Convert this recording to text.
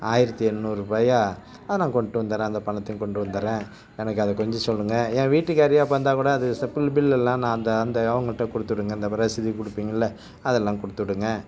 ஆயிரத்தி எண்ணூறு ரூபாயா ஆ நான் கொண்டுட்டு வந்துடுறேன் அந்தப் பணத்தையும் கொண்டு வந்துடுறேன் எனக்கு அதை கொஞ்சம் சொல்லுங்கள் என் வீட்டுக்காரியை வந்தால் கூட அது செ பில் பில் எல்லாம் நான் அந்த அந்த அவங்ககிட்ட கொடுத்து விடுங்க அந்த வ ரசீது கொடுப்பிங்கள்ல அதெல்லாம் கொடுத்து விடுங்க